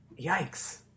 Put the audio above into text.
yikes